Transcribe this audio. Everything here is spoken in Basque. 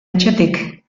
etxetik